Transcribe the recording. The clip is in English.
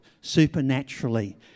supernaturally